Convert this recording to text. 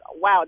wow